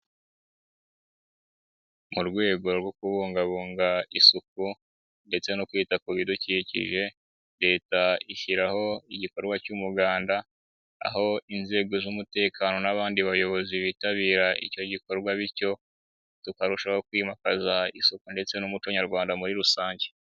Mu rwego rwo kubungabunga isuku ndetse no kwita ku bidukikije, leta ishyiraho igikorwa cy'umuganda, aho inzego z'umutekano n'abandi bayobozi bitabira icyo gikorwa bityo tukarushaho kwimakaza isuku, ndetse n'umuco nyarwanda muri rusange.